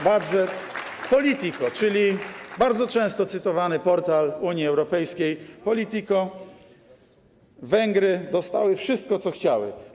Budget, „Politico”, czyli bardzo często cytowany portal Unii Europejskiej „Politico”: Węgry dostały wszystko, co chciały.